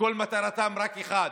שכל מטרתם רק אחת,